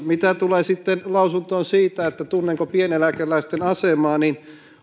mitä tulee sitten lausuntoon siitä tunnenko pieneläkeläisten asemaa niin kun